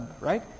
Right